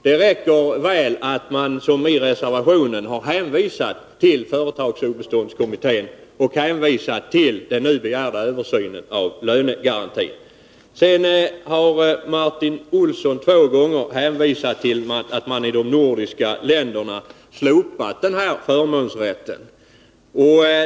Det räcker väl att, som vi säger i reservationen, hänvisa till företagsobeståndskommittén och till den nu begärda översynen av lönegarantin. Martin Olsson har två gånger hänvisat till att man i de nordiska länderna har slopat denna förmånsrätt.